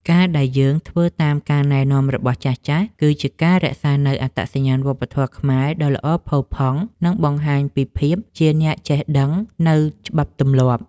ការណ៍ដែលយើងធ្វើតាមការណែនាំរបស់ចាស់ៗ គឺ ជាការរក្សានូវអត្តសញ្ញាណវប្បធម៌ខ្មែរដ៏ល្អផូរផង់ និងបង្ហាញពីភាពជាអ្នកចេះដឹងនូវច្បាប់ទម្លាប់។